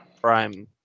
Prime